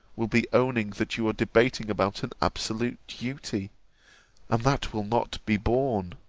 will be owning that you are debating about an absolute duty and that will not be borne.